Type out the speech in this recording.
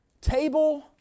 table